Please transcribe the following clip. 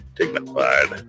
dignified